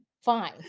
fine